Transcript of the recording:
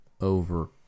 over